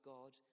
God